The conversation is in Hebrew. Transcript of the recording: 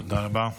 תודה רבה.